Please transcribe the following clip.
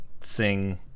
sing